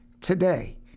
today